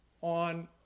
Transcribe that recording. on